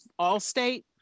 Allstate